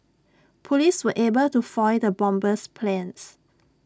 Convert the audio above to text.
Police were able to foil the bomber's plans